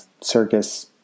circus